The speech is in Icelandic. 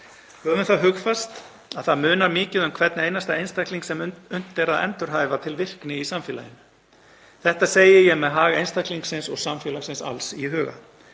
Höfum það hugfast að það munar mikið um hvern einasta einstakling sem unnt er að endurhæfa til virkni í samfélaginu. Þetta segi ég með hag einstaklingsins og samfélagsins alls í huga.